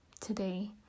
today